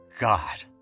God